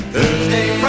Thursday